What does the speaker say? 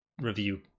review